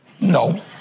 No